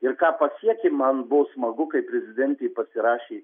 ir ką pasiekėm man buvo smagu kai prezidentė pasirašė